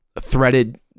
threaded